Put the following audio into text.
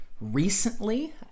recently